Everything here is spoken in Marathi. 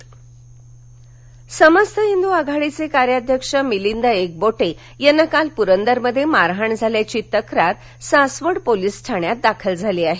एकबोटे समस्त हिंदू आघाडीचे कार्याध्यक्ष मिलिंद एकबोटे यांना काल प्रंदरमध्ये मारहाण झाल्याची तक्रार सासवड पोलिस ठाण्यात दाखल झाली आहे